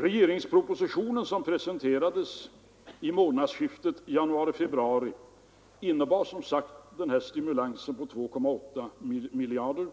Regeringspropositionen som presenterades vid månadsskiftet januarifebruari innebar som sagt en stimulans på 2,8 miljarder,